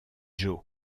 joe